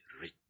rich